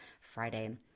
Friday